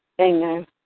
Amen